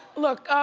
look,